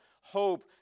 hope